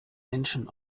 menschen